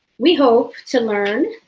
we hope to learn